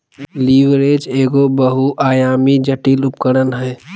leverage एगो बहुआयामी, जटिल उपकरण हय